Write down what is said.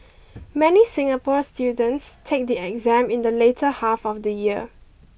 many Singapore students take the exam in the later half of the year